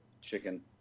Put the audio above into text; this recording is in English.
chicken